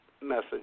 message